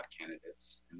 candidates